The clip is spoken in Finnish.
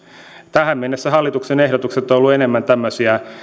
tähän mennessä hallituksen ehdotukset ovat olleet enemmän tämmöisiä